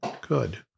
good